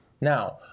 Now